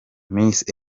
miss